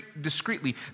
discreetly